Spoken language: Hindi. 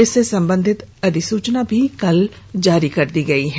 इससे संबंधित अधिसूचना भी कल जारी कर दी गई है